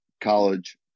college